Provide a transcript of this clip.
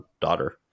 daughter